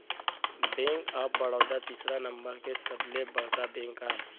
bank of Baroda तीसरा number के सबले बड़का बेंक आय